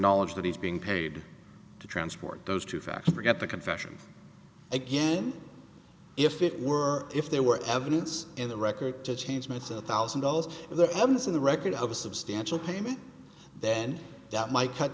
knowledge that he's being paid to transport those two facts to get the confession again if it were if there were evidence in the record to change myself thousand dollars for the promise of the record of a substantial payment then that might cut